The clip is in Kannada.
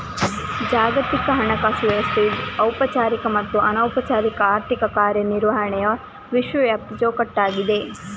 ಜಾಗತಿಕ ಹಣಕಾಸು ವ್ಯವಸ್ಥೆಯು ಔಪಚಾರಿಕ ಮತ್ತು ಅನೌಪಚಾರಿಕ ಆರ್ಥಿಕ ಕಾರ್ಯ ನಿರ್ವಹಣೆಯ ವಿಶ್ವವ್ಯಾಪಿ ಚೌಕಟ್ಟಾಗಿದೆ